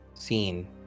scene